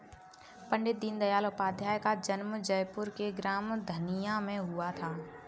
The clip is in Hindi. पण्डित दीनदयाल उपाध्याय का जन्म जयपुर के ग्राम धनिया में हुआ था